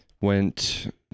Went